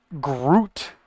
Groot